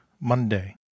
Monday